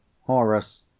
Horus